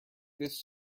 this